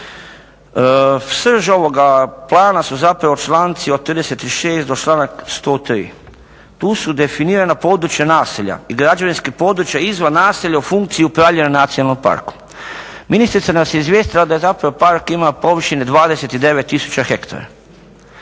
Srž ovoga plana su zapravo članci od 36. do članka 103. Tu su definirana područja naselja i građevinska područja izvan naselja u funkciji upravljanja nacionalnim parkom. Ministrica nas je izvijestila da zapravo park ima površine 29 tisuća hektara.